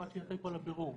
עד שיתחיל כל הבירור.